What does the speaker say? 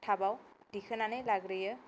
थाबाव दिखोनानै लाग्रोयो